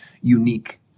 unique